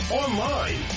online